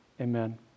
amen